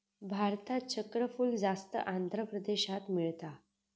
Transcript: भारतात चक्रफूल जास्त आंध्र प्रदेशात मिळता